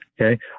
okay